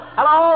Hello